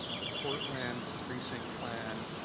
the portland's, precinct plan,